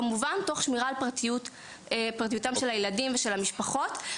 כמובן תוך שמירה על פרטיותם של הילדים ושל המשפחות.